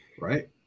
Right